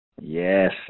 Yes